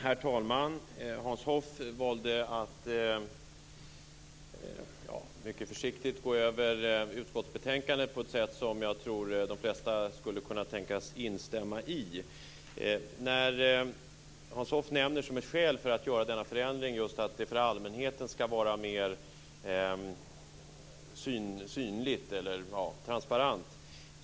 Herr talman! Hans Hoff valde att mycket försiktigt gå över utskottsbetänkandet på ett sätt som jag tror att de flesta skulle kunna tänkas instämma i. Hans Hoff nämner som skäl för att göra denna förändring att det för allmänheten ska vara mer transparent.